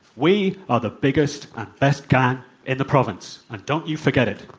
we are the biggest and best gang in the province, and don't you forget it.